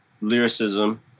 lyricism